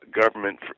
government